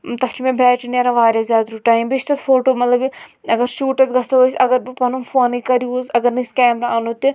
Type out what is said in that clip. تَتھ چھُ مےٚ بیٹری نیران واریاہ زیادٕ رُت ٹایم بیٚیہِ چھِ تَتھ فوٹو مطلب یہِ اگر شوٗٹَس گژھو أسۍ اگر بہٕ پَنُن فونٕے کَر یوٗز اَگَر نہٕ أسۍ کیمرا اَنو تہِ